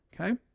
Okay